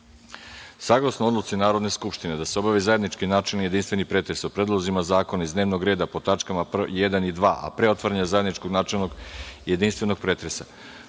odluci Narodne skupštine da se obavi zajednički načelni jedinstveni pretres o predlozima zakona iz dnevnog reda po tačkama 1. i 2, a pre otvaranja zajedničkog načelnog jedinstvenog pretresa,